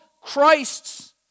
Christs